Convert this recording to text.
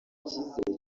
icyizere